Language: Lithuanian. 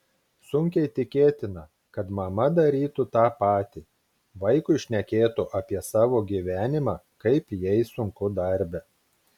sunkiai tikėtina kad mama darytų tą patį vaikui šnekėtų apie savo gyvenimą kaip jai sunku darbe